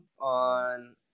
on